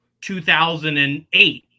2008